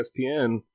ESPN